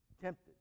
Tempted